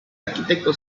arquitecto